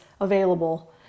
available